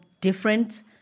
different